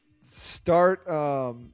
Start